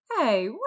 Hey